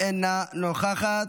אינה נוכחת,